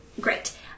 Great